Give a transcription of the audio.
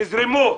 תזרמו.